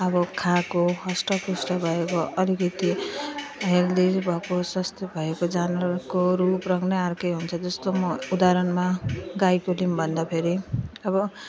अब खाएको हष्टपुष्ट भएको अलिकति हेल्दी भएको स्वास्थ्य भएको जनावरको रूप रङ नै अर्को हुन्छ जस्तो म उदाहरणमा गाईको दियौँ भन्दाफेरि अब